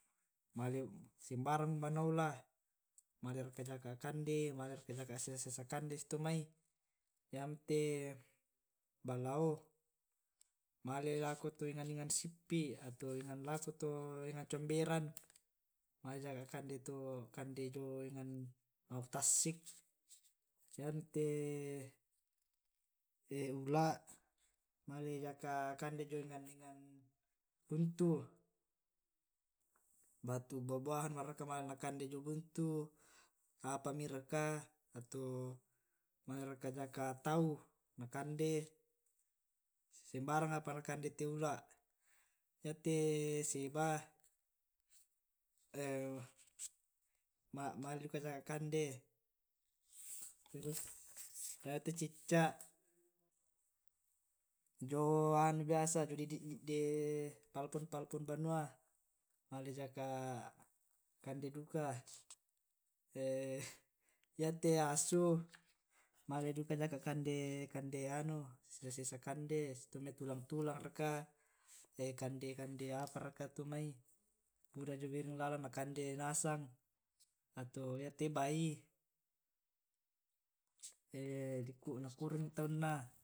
male Sembarang umba naola mala raka jaka' kande male raka jaka sesa sesa kande susi to' mai, iyamo te' balao male lako to enang enang sippi' atau enang lako to' enang comberan, male jaka kande to kande jio enang ma'butassik yamite ula' male jaka kande jio enang enang buntu, batu buah buahan raka male nakande jio buntu apami raka ato male raka jaka' tau na kande, sembarang apa na kande te ula' yate seba male duka jaka' kande, terus yate cicca' jio anu biasa palfon palfon banua male jaka' kande duka yate asu male duka jaka' kande kande anu sesa sesa kande susi to' mai tulang tulang raka kande kande apa raka tu' mai buda jio biring lalan na kande nasang ato yate' bai nakurung taunna.